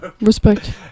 Respect